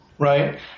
Right